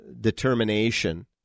determination